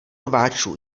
rváčů